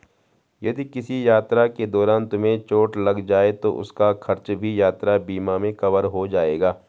यदि किसी यात्रा के दौरान तुम्हें चोट लग जाए तो उसका खर्च भी यात्रा बीमा में कवर हो जाएगा